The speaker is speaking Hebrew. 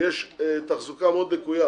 שיש תחזוקה מאוד לקויה